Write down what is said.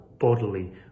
bodily